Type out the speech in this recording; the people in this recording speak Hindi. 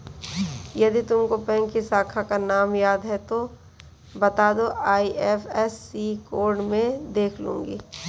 यदि तुमको बैंक की शाखा का नाम याद है तो वो बता दो, आई.एफ.एस.सी कोड में देख लूंगी